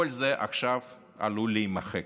כל זה עכשיו עלול להימחק.